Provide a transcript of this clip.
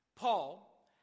Paul